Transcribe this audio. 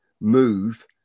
move